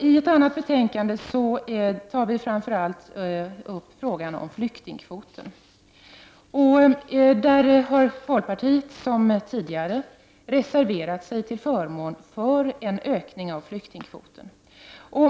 I ett annat betänkande tas framför allt frågan om flyktingkvoten upp, och där har folkpartiet, som tidigare, reserverat sig till förmån för en ökning av flyktingkvoten.